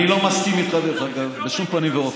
אני לא מסכים איתך בשום פנים ואופן,